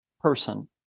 person